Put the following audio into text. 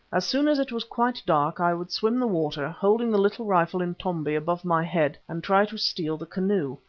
as soon as it was quite dark i would swim the water, holding the little rifle, intombi, above my head, and try to steal the canoe.